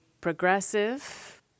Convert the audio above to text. progressive